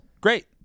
Great